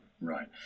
right